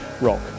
rock